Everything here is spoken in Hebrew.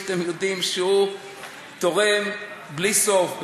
שאתם יודעים שהוא תורם בלי סוף,